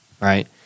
right